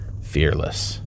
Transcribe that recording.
fearless